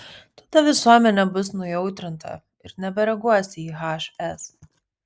tada visuomenė bus nujautrinta ir nebereaguos į hs